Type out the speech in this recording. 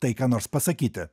tai ką nors pasakyti